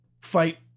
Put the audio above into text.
fight